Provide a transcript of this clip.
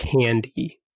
candy